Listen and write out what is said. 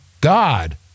God